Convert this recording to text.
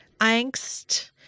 angst